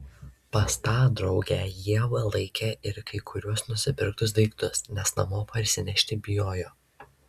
pas tą draugę ieva laikė ir kai kuriuos nusipirktus daiktus nes namo parsinešti bijojo